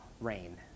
rain